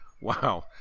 wow